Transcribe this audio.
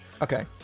Okay